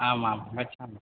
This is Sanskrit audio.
आमाम् गच्छामि